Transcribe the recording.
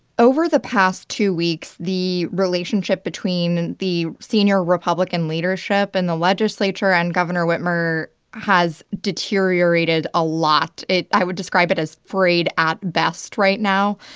over the past two weeks, the relationship between the senior republican leadership in and the legislature and governor whitmer has deteriorated a lot. it i would describe it as frayed at best right now.